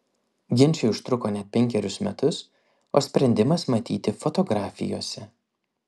ginčai užtruko net penkerius metus o sprendimas matyti fotografijose